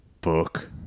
Book